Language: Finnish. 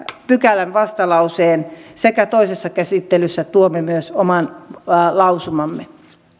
pykälävastalauseen sekä toisessa käsittelyssä tuomme myös oman lausumamme